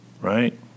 right